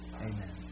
Amen